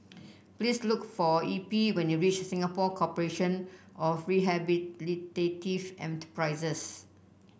please look for Eppie when you reach Singapore Corporation of Rehabilitative Enterprises